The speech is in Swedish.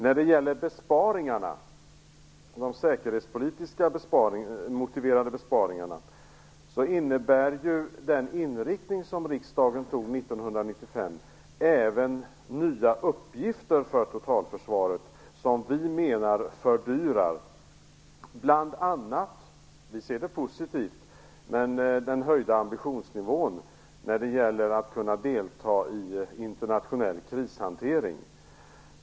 När det gäller de säkerhetspolitiskt motiverade besparingarna innebär den inriktning som riksdagen beslutade 1995 även nya uppgifter för totalförsvaret som vi menar fördyrar bl.a. - och vi har ändå en positiv syn - den höjda ambitionsnivån i fråga om att kunna delta i internationell krishantering.